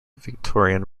victorian